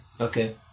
Okay